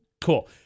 Cool